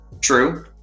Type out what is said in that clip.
True